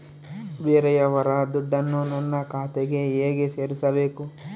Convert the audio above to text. ಬೇರೆಯವರ ದುಡ್ಡನ್ನು ನನ್ನ ಖಾತೆಗೆ ಹೇಗೆ ಸೇರಿಸಬೇಕು?